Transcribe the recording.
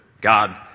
God